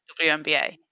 WNBA